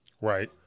Right